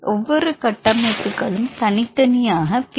ஒவ்வொரு கட்டமைப்புகளும் தனித்தனியாக பி